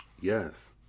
Yes